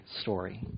story